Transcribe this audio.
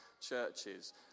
churches